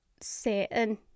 certain